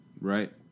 Right